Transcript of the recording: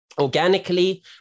organically